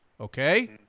Okay